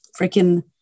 freaking